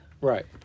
Right